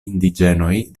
indiĝenoj